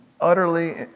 utterly